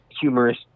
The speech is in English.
humorous